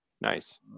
Nice